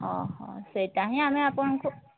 ଓହୋ ସେଇଟା ହିଁ ଆମେ ଆପଣଙ୍କୁ